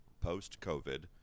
post-COVID